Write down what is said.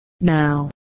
Now